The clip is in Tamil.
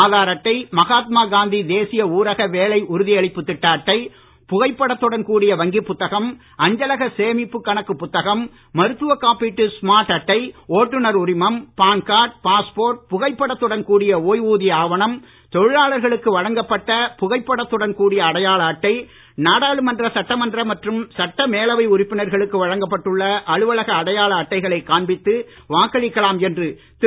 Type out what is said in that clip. ஆதார் அட்டை மகாத்மா காந்தி தேசிய ஊரக வேலை உறுதியளிப்பு திட்ட அட்டை புகைப்படத்துடன் கூடிய வங்கி புத்தகம் அஞ்சலக சேமிப்பு கணக்கு புத்தகம் மருத்துவ காப்பீட்டு ஸ்மார்ட் அட்டை ஓட்டுநர் உரிமம் பான் கார்ட் பாஸ்போர்ட் புகைப்படத்துடன் கூடிய ஓய்வூதிய ஆவணம் தொழிலாளர்களுக்கு வழங்கப்பட்ட புகைப்படத்துடன் கூடிய அடையாள அட்டை சட்டமன்ற மற்றும் மேலவை நாடாளுமன்ற சட்ட உறுப்பினர்களுக்கு வழங்கப்பட்டுள்ள அலுவலக அடையாள அட்டைகளை காண்பித்து வாக்களிக்கலாம் என்று திரு